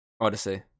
Odyssey